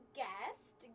guest